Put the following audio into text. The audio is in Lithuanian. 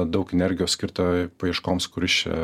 daug energijos skirta paieškoms kuris čia